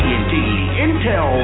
Intel